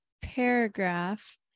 paragraph